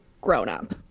grown-up